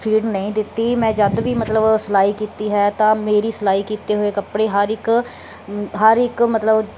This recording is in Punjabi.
ਫੀਡ ਨਹੀਂ ਦਿੱਤੀ ਮੈਂ ਜਦ ਵੀ ਮਤਲਬ ਸਿਲਾਈ ਕੀਤੀ ਹੈ ਤਾਂ ਮੇਰੀ ਸਿਲਾਈ ਕੀਤੇ ਹੋਏ ਕੱਪੜੇ ਹਰ ਇੱਕ ਹਰ ਇੱਕ ਮਤਲਬ